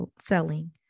selling